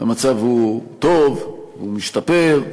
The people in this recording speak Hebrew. המצב הוא טוב, הוא משתפר.